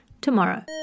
tomorrow